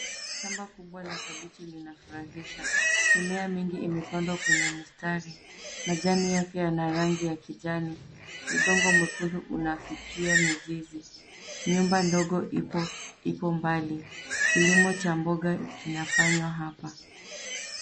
Shamba kubwa la kabechi linafurahisha. Mimea mingi imepandwa kwenye mistari. Majani yake yana rangi ya kijani. Udongo mwekundu unafikia mizizi. Nyumba ndogo ipo mbali. Kilimo cha mboga kinafanywa hapa.